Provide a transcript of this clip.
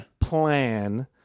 plan